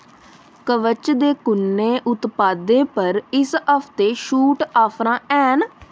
कवच दे कु'नें उत्पादें पर इस हफ्तै छूट आफरां हैन